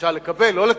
אפשר לקבל או לא לקבל,